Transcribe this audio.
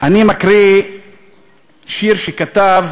אני מקריא שיר שכתב